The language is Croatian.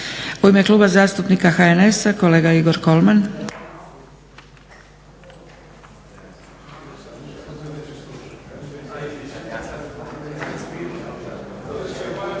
U ime Kluba zastupnika HNS-a kolega Igor Kolman.